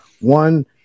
one